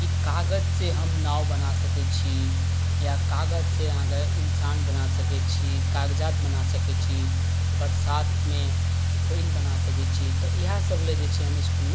कि कागजसँ हम नाव बना सकय छी या कागजसँ अहाँके इंसान बना सकय छी कागजात बना सकय छी बरसातमे पानि बना सकय छी तऽ इएह सब लए जे छै हम इसकुलमे